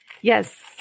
Yes